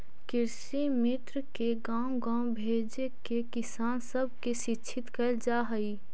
कृषिमित्र के गाँव गाँव भेजके किसान सब के शिक्षित कैल जा हई